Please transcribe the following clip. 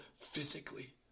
physically